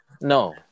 No